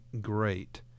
great